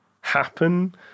happen